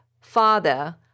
Father